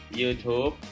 YouTube